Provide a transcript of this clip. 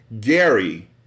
Gary